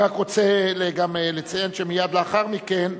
אני רק רוצה לציין שמייד לאחר מכן